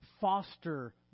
foster